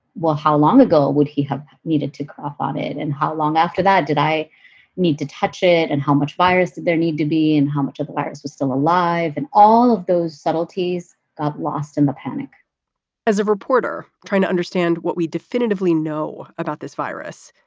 well, how long ago would he have needed to cough on it and how long after that did i need to touch it and how much virus there need to be and how much of the virus was still alive. and all of those subtleties got ah lost in the panic as a reporter trying to understand what we definitively know about this virus,